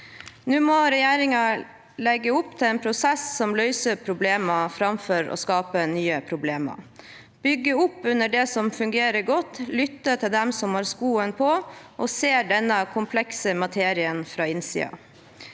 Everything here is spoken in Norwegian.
Nå må regjeringen legge opp til en prosess som løser problemene, framfor å skape nye. De må bygge opp under det som fungerer godt, lytte til dem som har skoen på, og som ser denne komplekse materien fra innsiden.